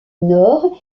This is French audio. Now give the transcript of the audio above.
nord